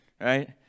Right